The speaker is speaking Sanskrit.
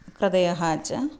कृतयः च